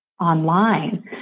online